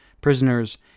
prisoners